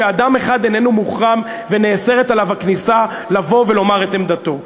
שאדם אחד איננו מוחרם ונאסרת עליו הכניסה לבוא ולומר את עמדתו.